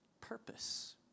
purpose